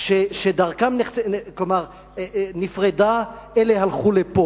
שדרכם נפרדה אלה עלו,